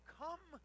come